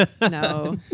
No